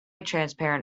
transparent